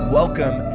welcome